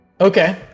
Okay